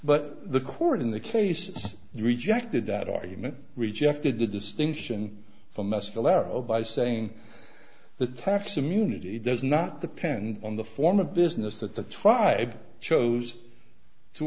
but the court in the case rejected that argument rejected the distinction from mescalero by saying the tax immunity does not depend on the form of business that the tribe chose to